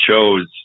chose